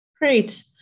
Great